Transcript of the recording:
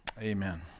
Amen